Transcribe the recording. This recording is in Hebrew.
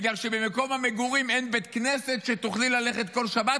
בגלל שבמקום המגורים אין בית כנסת שתוכלי ללכת כל שבת,